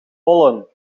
pollen